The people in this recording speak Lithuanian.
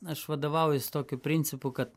aš vadovaujuosi tokiu principu kad